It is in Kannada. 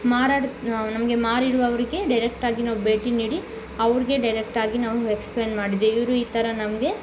ಮಾರಾದ್ ನಮಗೆ ಮಾರಿರುವವ್ರಿಗೆ ಡೈರೆಕ್ಟ್ ಆಗಿ ನಾವು ಭೇಟಿ ನೀಡಿ ಅವ್ರಿಗೇ ಡೈರೆಕ್ಟ್ ಆಗಿ ನಾವು ಎಕ್ಸ್ಪ್ಲೇನ್ ಮಾಡಿದ್ವಿ ಇವರು ಈ ಥರ ನಮಗೆ